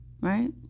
right